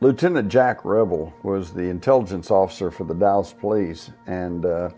lieutenant jack revel was the intelligence officer for the dallas police and